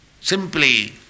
simply